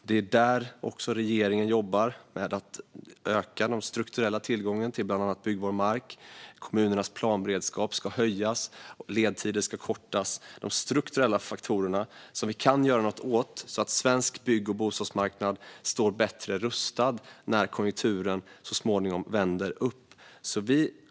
Det är också där regeringen jobbar med att öka den strukturella tillgången till bland annat byggbar mark. Kommunernas planberedskap ska höjas, och ledtider ska kortas. Det handlar om de strukturella faktorer vi kan göra något åt så att svensk bygg och bostadsmarknad står bättre rustad när konjunkturen så småningom vänder uppåt.